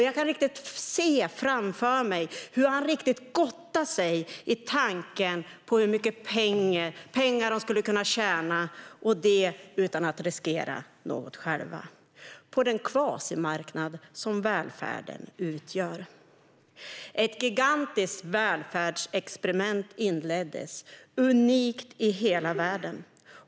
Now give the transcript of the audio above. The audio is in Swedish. Jag kan se framför mig hur han riktigt gottade sig vid tanken på hur mycket pengar de skulle kunna tjäna, och detta utan att riskera något själva på den kvasimarknad som välfärden utgör. Ett gigantiskt välfärdsexperiment inleddes, unikt i hela världen.